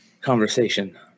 conversation